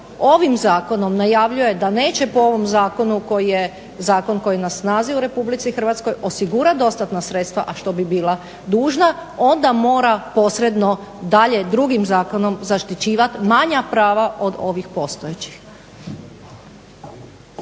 ovim Zakonom najavljuje da neće po ovom Zakonu koji je zakon koji je na snazi u Republici Hrvatskoj osigurati dostatna sredstva, a što bi bila dužna onda mora posredno dalje drugim zakonom zaštićivat manja prava od ovih postojećih.